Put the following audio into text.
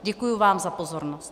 Děkuji vám za pozornost.